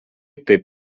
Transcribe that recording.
taip